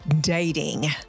Dating